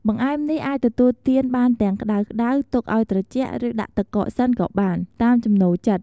បង្អែមនេះអាចទទួលទានបានទាំងក្ដៅៗ ទុកឱ្យត្រជាក់ ឬដាក់ទឹកកកសិនក៏បាន តាមចំណូលចិត្ត។